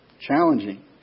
Challenging